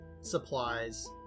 supplies